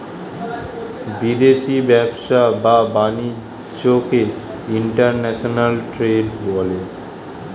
বিদেশি ব্যবসা বা বাণিজ্যকে ইন্টারন্যাশনাল ট্রেড বলে